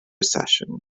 session